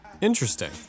Interesting